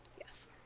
Yes